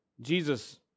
Jesus